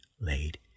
laid